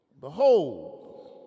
Behold